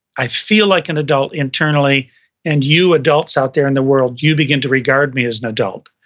i feel like an adult internally and you adults out there in the world, you begin to regard me as an adult.